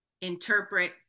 interpret